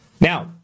Now